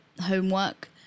homework